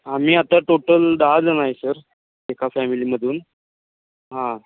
आम्ही आता टोटल दहाजणं आहे सर एका फॅमिलीमधून हां